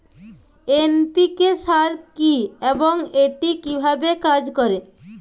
NPK সার কি এবং এটি কিভাবে কাজ করে?